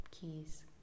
keys